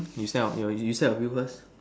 you say your you say your view first